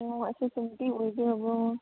ꯑꯣ ꯑꯩꯈꯣꯏ ꯑꯣꯏꯕꯤꯔꯕꯣ